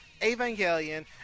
Evangelion